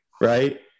right